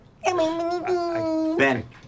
Ben